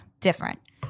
different